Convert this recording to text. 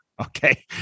okay